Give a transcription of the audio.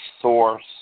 source